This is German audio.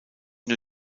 nur